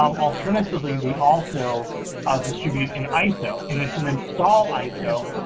um alternatively, we also distribute an iso. and it's an install iso.